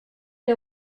der